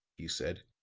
he said.